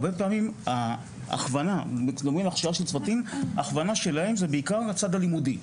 הרבה פעמים ההכוונה של הצוותים היא בעיקר לצד הלימודי.